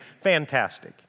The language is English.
fantastic